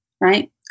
right